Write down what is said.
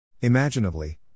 Imaginably